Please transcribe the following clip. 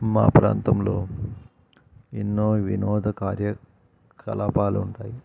మా ప్రాంతంలో ఎన్నో వినోద కార్యకలాపాలు ఉంటాయి